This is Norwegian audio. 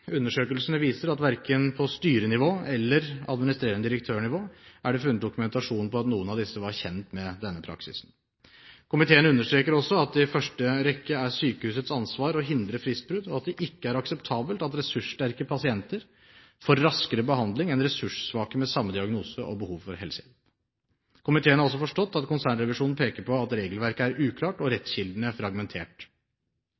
Undersøkelsene viser at verken på styrenivå eller på administrerende direktør-nivå er det funnet dokumentasjon på at noen av disse var kjent med denne praksisen. Komiteen understreker også at det i første rekke er sykehusets ansvar å hindre fristbrudd, og at det ikke er akseptabelt at ressurssterke pasienter får raskere behandling enn ressurssvake med samme diagnose og behov for helsehjelp. Komiteen har også forstått at konsernrevisjonen peker på at regelverket er uklart og